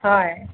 হয়